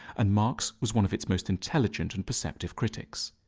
and marx was one of its most intelligent and perceptive critics.